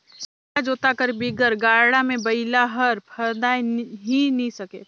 सुमेला जोता कर बिगर गाड़ा मे बइला हर फदाए ही नी सके